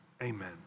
Amen